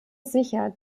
sicher